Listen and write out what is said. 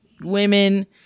women